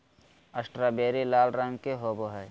strawberry लाल रंग के होव हई